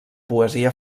poesia